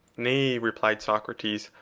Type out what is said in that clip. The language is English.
nay, replied socrates,